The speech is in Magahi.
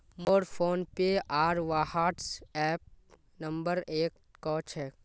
मोर फोनपे आर व्हाट्सएप नंबर एक क छेक